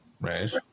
Right